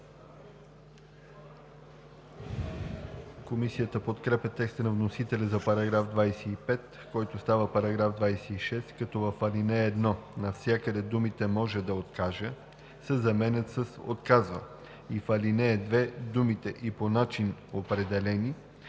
Комисията подкрепя текста на вносителя за § 25, който става § 26, като в ал. 1 навсякъде думите „може да откаже“ се заменят с „отказва“ и в ал. 2 думите „и по начин, определени“